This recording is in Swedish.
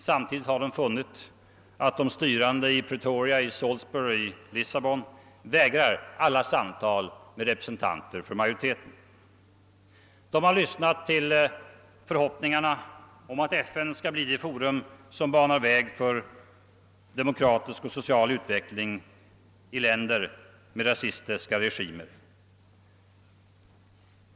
Samtidigt har de funnit att de styrande — i Pretoria, Salisbury och Lissabon: — vägrar alla samtal med representanter för majoriteten. De har lyssnat till förhoppningarna att FN skall bli det forum som banar väg för demokratisk och social utveckling i länder med rasistiska regimer.